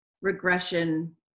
regression